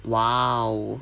!wow!